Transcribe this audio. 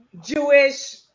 Jewish